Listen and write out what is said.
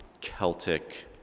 Celtic